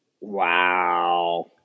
Wow